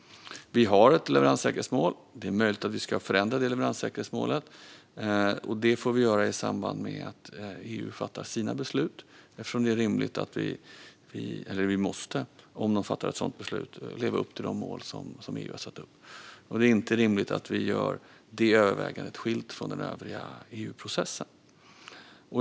Det finns ett leveranssäkerhetsmål. Det är möjligt att det leveranssäkerhetsmålet ska förändras. Det får vi göra i samband med att EU fattar sina beslut. Om EU fattar ett sådant beslut måste vi leva upp till de målen. Det är inte rimligt att vi gör det övervägandet skilt från den övriga EU-processen.